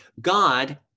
God